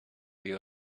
you